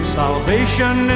salvation